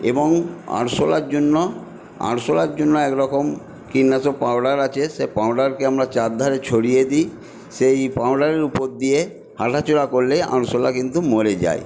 এবং আরশোলার জন্য আরশোলার জন্য একরকম কীটনাশক পাওডার আছে সেই পাওডারকে আমরা চারধারে ছড়িয়ে দিই সেই পাওডারের উপর দিয়ে হাঁটাচলা করলে আরশোলা কিন্তু মরে যায়